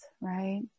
right